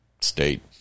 state